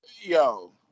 Yo